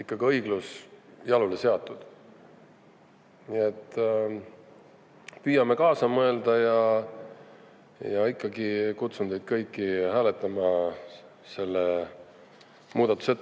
ikkagi õiglus jalule seatud saama. Püüame kaasa mõelda ja ikkagi kutsun teid kõiki üles hääletama selle muudatuse